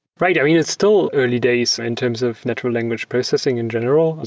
right. i mean, it's still early days in terms of natural language processing in general.